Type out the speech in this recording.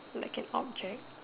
like an object